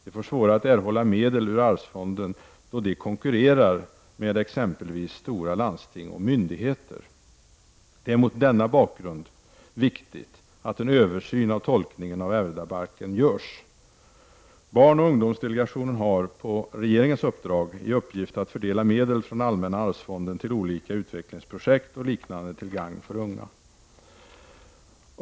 De får svårare att erhålla medel ur arvsfonden då de konkurrerar med t.ex. stora landsting och myndigheter! Det är mot denna bakgrund viktigt att en översyn av tolkningen av ärvdabalken görs. Barnoch ungdomsdelegationen har, på regeringens uppdrag, i uppgift att fördela medel från allmänna arvsfonden till olika utvecklingsprojekt och liknande till gagn för unga.